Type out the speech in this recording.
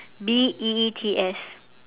B E E T S